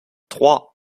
trois